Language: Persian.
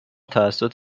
توسط